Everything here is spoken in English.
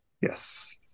yes